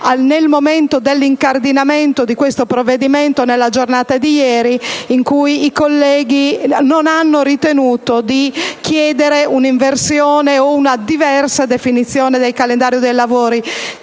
nel momento dell'incardinamento di questo provvedimento nella giornata di ieri, nella quale i colleghi non hanno ritenuto di chiedere un'inversione o una diversa definizione del calendario dei lavori.